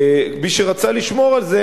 מי שרצו לשמור על זה,